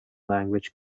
language